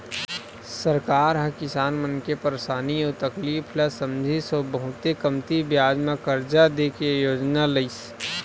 सरकार ह किसान मन के परसानी अउ तकलीफ ल समझिस अउ बहुते कमती बियाज म करजा दे के योजना लइस